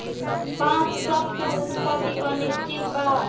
बांस शब्द के उत्पति अनिश्चित बा